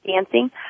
dancing